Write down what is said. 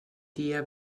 dia